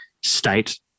state